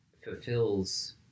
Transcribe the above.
fulfills